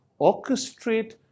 orchestrate